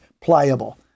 pliable